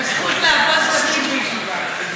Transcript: הזכות לעבוד תמיד בישיבה.